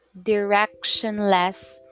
directionless